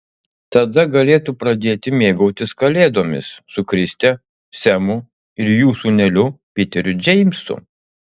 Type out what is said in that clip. tada galėtų pradėti mėgautis kalėdomis su kriste semu ir jų sūneliu piteriu džeimsu